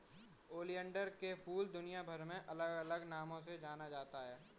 oleander के फूल दुनियाभर में अलग अलग नामों से जाना जाता है